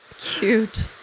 Cute